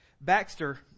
Baxter